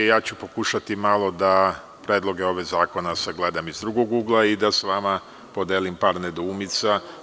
Ja ću pokušati malo da predloge zakona sagledam iz drugog ugla i da sa vama podelim par nedoumica.